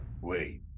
Wait